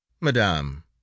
Madame